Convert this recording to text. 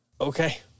Okay